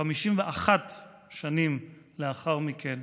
51 שנים לאחר מכן,